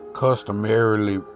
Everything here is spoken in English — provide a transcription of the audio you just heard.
customarily